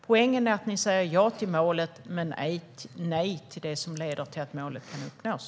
Poängen är att ni säger ja till målet men nej till det som leder till att målet kan uppnås.